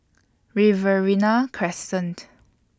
Riverina Crescent